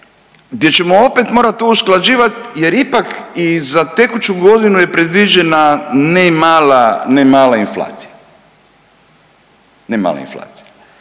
gdje ćemo opet morat to usklađivat jer ipak i za tekuću godinu je predviđena ne mala, ne mala